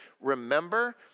remember